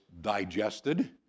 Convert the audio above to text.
digested